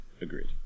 Agreed